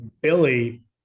Billy